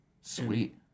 Sweet